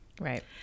Right